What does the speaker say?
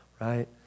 right